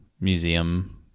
museum